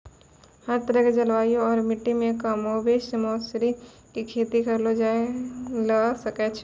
हर तरह के जलवायु आरो मिट्टी मॅ कमोबेश मौसरी के खेती करलो जाय ल सकै छॅ